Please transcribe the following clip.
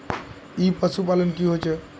ई पशुपालन की होचे?